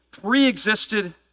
pre-existed